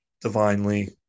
divinely